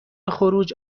خروج